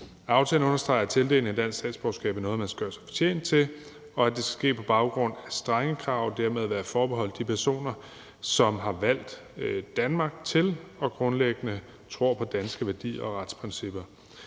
Aftalen understreger, at tildeling af dansk statsborgerskab er noget, man skal gøre sig fortjent til, og at det skal ske på baggrund af strenge krav og dermed være forbeholdt de personer, som har valgt Danmark til og grundlæggende tror på danske værdier og retsprincipper.